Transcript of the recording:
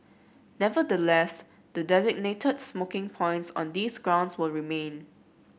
nevertheless the designated smoking points on these grounds will remain